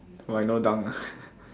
why no dunk ah